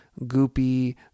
goopy